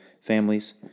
families